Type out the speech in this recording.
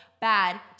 bad